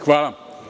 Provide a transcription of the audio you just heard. Hvala.